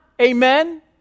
Amen